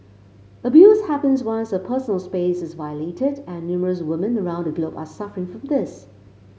abuse happens once a personal space is violated and numerous women around the globe are suffering from this